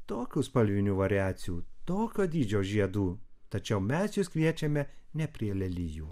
tokių spalvinių variacijų tokio dydžio žiedų tačiau mes jus kviečiame ne prie lelijų